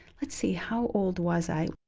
let's see, how old was i?